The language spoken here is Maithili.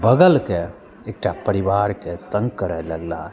बगलके एकटा परिवारके तंग करऽ लगलाह